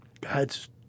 God's